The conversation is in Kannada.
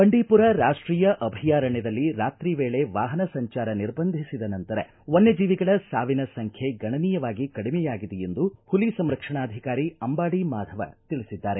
ಬಂಡೀಪುರ ರಾಷ್ಟೀಯ ಅಭಯಾರಣ್ಣದಲ್ಲಿ ರಾತ್ರಿ ವೇಳೆ ವಾಹನ ಸಂಚಾರ ನಿರ್ಬಂಧಿಸಿದ ನಂತರ ವನ್ನಜೀವಿಗಳ ಸಾವಿನ ಸಂಖ್ಯೆ ಗಣನೀಯವಾಗಿ ಕಡಿಮೆಯಾಗಿದೆ ಎಂದು ಪುಲಿ ಸಂರಕ್ಷಣಾಧಿಕಾರಿ ಅಂಬಾಡಿ ಮಾದವ್ ತಿಳಿಸಿದ್ದಾರೆ